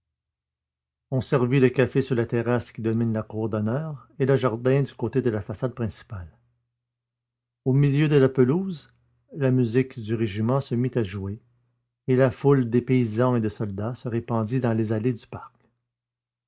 on servit le café sur la terrasse qui domine la cour d'honneur et le jardin français du côté de la façade principale au milieu de la pelouse la musique du régiment se mit à jouer et la foule des paysans et des soldats se répandit dans les allées du parc